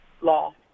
law